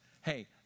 hey